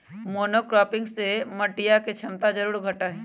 monocropping से मटिया के क्षमता जरूर घटा हई